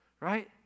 right